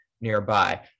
nearby